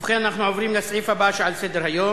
ובכן, אנחנו עוברים לסעיף הבא שעל סדר-היום: